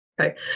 Okay